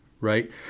right